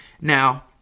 Now